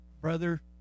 brother